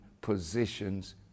positions